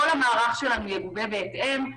כל המערך שלנו יגובה בהתאם,